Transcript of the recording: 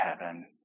heaven